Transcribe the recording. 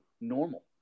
normal